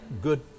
good